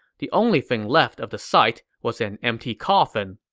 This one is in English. the only thing left of the site was an empty coffin.